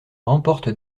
remportent